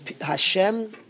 Hashem